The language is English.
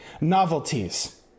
novelties